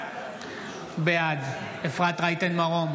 בעד אפרת רייטן מרום,